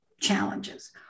challenges